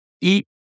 eat